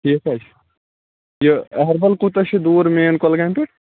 ٹھیٖک حظ یہِ أہربل کوٗتاہ چھُ دوٗر مین کۄلگامہِ پٮ۪ٹھ